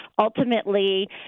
ultimately